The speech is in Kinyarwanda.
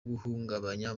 guhungabanya